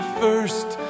first